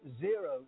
Zero